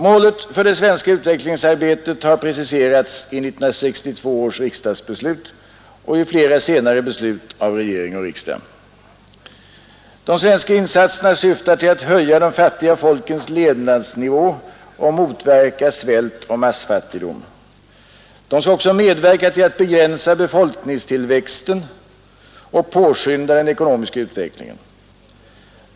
Målet för det svenska utvecklingsarbetet har preciserats i 1962 års riksdagsbeslut och i flera senare beslut av regering och riksdag. De svenska insatserna syftar till att höja de fattiga folkens levnadsnivå och motverka svält och massfattigdom. De skall också medverka till att begränsa befolkningstillväxten och påskynda den ekonomiska utvecklingen.